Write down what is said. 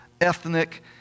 ethnic